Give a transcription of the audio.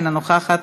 אינה נוכחת,